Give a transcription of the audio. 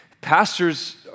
pastors